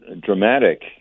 dramatic